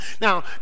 Now